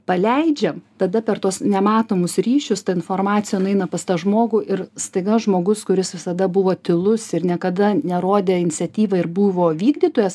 paleidžiam tada per tuos nematomus ryšius ta informacija nueina pas tą žmogų ir staiga žmogus kuris visada buvo tylus ir niekada nerodė iniciatyvą ir buvo vykdytojas